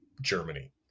Germany